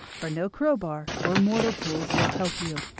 for no crowbar or mortal tools will help you.